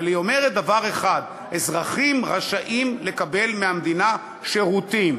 אבל היא אומרת דבר אחד: אזרחים רשאים לקבל מהמדינה שירותים.